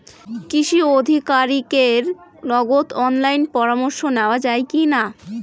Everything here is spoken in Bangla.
কৃষি আধিকারিকের নগদ অনলাইন পরামর্শ নেওয়া যায় কি না?